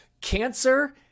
Cancer